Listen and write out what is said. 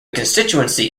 constituency